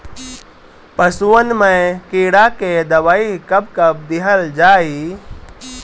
पशुअन मैं कीड़ा के दवाई कब कब दिहल जाई?